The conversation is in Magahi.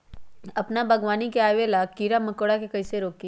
अपना बागवानी में आबे वाला किरा मकोरा के कईसे रोकी?